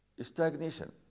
stagnation